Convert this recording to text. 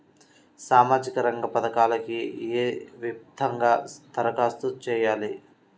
సామాజిక రంగ పథకాలకీ ఏ విధంగా ధరఖాస్తు చేయాలి?